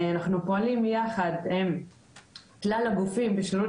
אנחנו פועלים יחד עם כלל הגופים בשירות